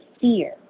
fear